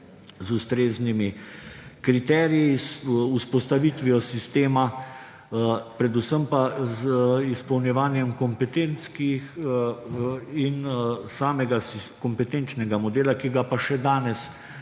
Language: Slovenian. z ustreznimi kriteriji, z vzpostavitvijo sistema, predvsem pa z izpolnjevanjem kompetenc in samega kompetenčnega modela, ki ga pa še danes